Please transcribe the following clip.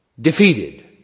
defeated